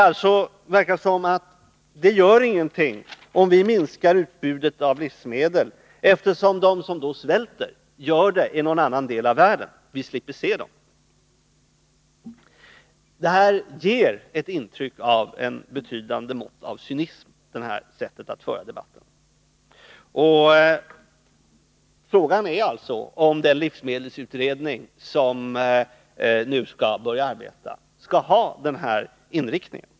Det verkar som om det inte gör någonting om vi minskar utbudet av livsmedel, eftersom de som svälter gör det i någon annan del av världen — vi slipper se dem. Det sättet att föra debatten ger intryck av ett betydande mått av cynism. Frågan är om den livmedelssutredning som nu skall börja arbeta skall ha denna inriktning.